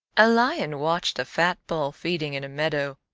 a lion watched a fat bull feeding in a meadow,